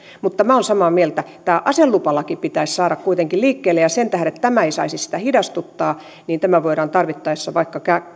mutta minä olen samaa mieltä tämä aselupalaki pitäisi saada kuitenkin liikkeelle ja sen tähden tämä ei saisi sitä hidastuttaa tämä voidaan tarvittaessa vaikka